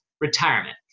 retirement